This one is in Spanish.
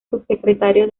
subsecretario